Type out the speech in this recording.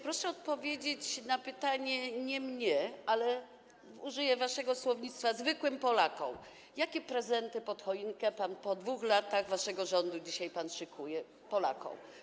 Proszę odpowiedzieć na pytanie nie mnie, ale - użyję waszego słownictwa - zwykłym Polakom: Jakie prezenty pod choinkę po 2 latach waszych rządów dzisiaj pan szykuje Polakom?